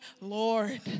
Lord